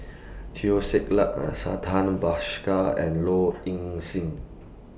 Teo Ser Luck An Santha Bhaskar and Low Ing Sing